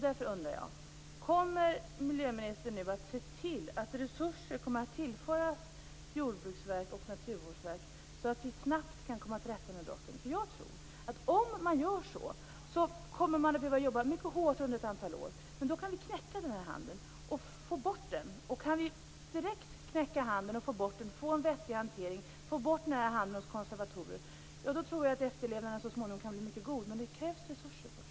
Därför undrar jag: Kommer miljöministern nu att se till att resurser kommer att tillföras Jordbruksverket och Naturvårdsverket, så att vi snabbt kan komma till rätta med dessa brott? Jag tror att man för att klara detta kommer att behöva jobba mycket hårt under ett antal år. Men då kan vi knäcka den här handeln och få bort den. Kan vi göra detta, skapa en vettig hantering och få bort den här handeln med konservatorer, tror jag att efterlevnaden så småningom kan bli mycket god. För detta krävs dock först resurser.